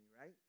right